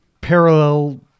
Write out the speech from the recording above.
parallel